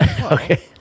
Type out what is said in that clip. okay